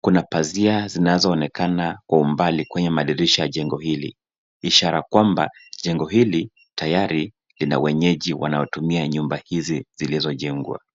Kuna pazia zinazoonekana kwa umbali kwenye madirisha ya jengo hili. Ishara kwamba jengo hili tayari ina wenyeji wanaotumia nyumba hizi, zilizojengwa.